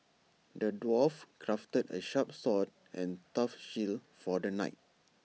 the dwarf crafted A sharp sword and tough shield for the knight